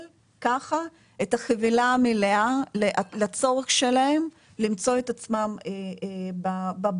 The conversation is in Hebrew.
ככה את החבילה המלאה לצורך שלהם למצוא את עצמם בבית,